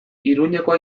iruñekoa